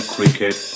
Cricket